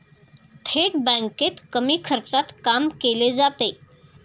थेट बँकेत कमी खर्चात काम केले जाते